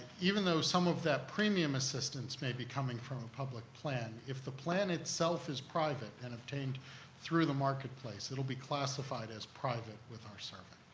even though some of that premium assistance may be coming from public plan, if the plan itself is private and obtained through the marketplace, it'll be classified as private with our survey.